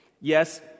Yes